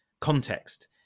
context